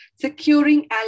securing